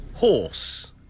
Horse